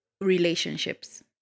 relationships